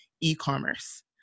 e-commerce